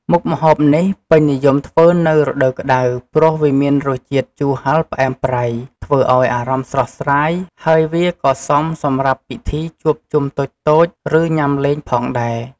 មុខម្ហូបនេះពេញនិយមធ្វើនៅរដូវក្តៅ ព្រោះវាមានរសជាតិជូរហឹរផ្អែមប្រៃ ធ្វើឱ្យអារម្មណ៍ស្រស់ស្រាយ ហើយវាក៏សមសម្រាប់ពិធីជួបជុំតូចៗ ឬញ៉ាំលេងផងដែរ។